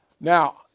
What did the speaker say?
Now